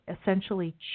essentially